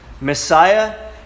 Messiah